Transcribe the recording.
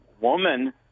woman